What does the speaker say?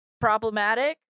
problematic